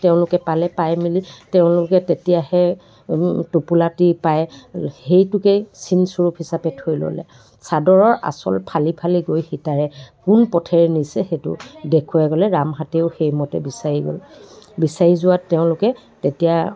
তেওঁলোকে পালে পাই মেলি তেওঁলোকে তেতিয়া সেই টোপোলাটি পাই সেইটোকেই চিনস্ৱৰূপ হিচাপে থৈ ল'লে চাদৰৰ আঁচল ফালি ফালি গৈ সীতাই কোন পথেৰে নিছে সেইটো দেখুৱাই গ'লে ৰামহঁতেও সেইমতে বিচাৰি গ'ল বিচাৰি যোৱাত তেওঁলোকে তেতিয়া